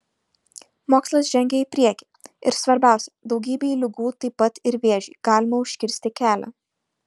mokslas žengia į priekį ir svarbiausia daugybei ligų taip pat ir vėžiui galima užkirsti kelią